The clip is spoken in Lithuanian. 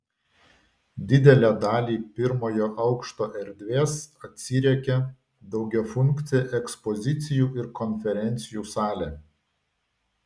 didelę dalį pirmojo aukšto erdvės atsiriekia daugiafunkcė ekspozicijų ir konferencijų salė